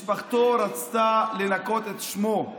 משפחתו רצתה לנקות את שמו.